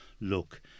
look